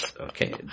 Okay